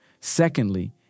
Secondly